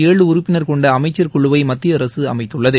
ஏழு உறுப்பினர் கொண்ட அமைச்சர் குழுவை மத்திய அரசு அமைத்துள்ளது